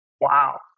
Wow